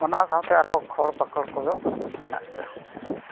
ᱚᱱᱟ ᱥᱟᱶᱛᱮ ᱟᱨᱦᱚᱸ ᱯᱷᱚᱞᱼᱯᱟᱠᱚᱲ ᱠᱚᱦᱚᱸ ᱢᱮᱱᱟᱜ ᱜᱮᱭᱟ